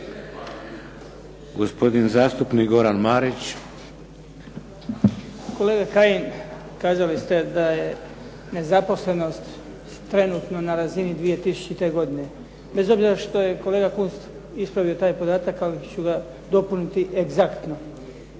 Gospodin zastupnik Goran Marić. **Marić, Goran (HDZ)** Kolega Kajin, kazali ste da je nezaposlenost trenutno na razini 2000. godine. Bez obzira što je kolega Kunst ispravio taj podatak, ali ću ga dopuniti egzaktno.